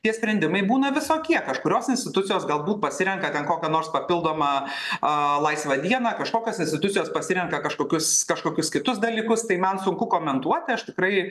tie sprendimai būna visokie kažkurios institucijos galbūt pasirenka ten kokią nors papildomą laisvą dieną kažkokios institucijos pasirenka kažkokius kažkokius kitus dalykus tai man sunku komentuoti aš tikrai